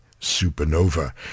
Supernova